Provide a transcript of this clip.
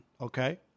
Okay